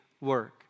work